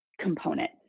component